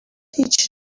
هیچ